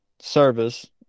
service